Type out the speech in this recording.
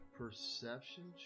perception